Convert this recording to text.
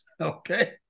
okay